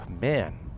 man